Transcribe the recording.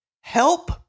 Help